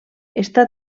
està